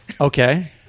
Okay